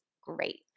great